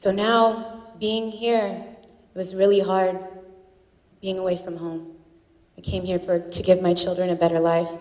so now being here and it was really hard being away from home i came here for to give my children a better life